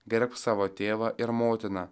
gerbk savo tėvą ir motiną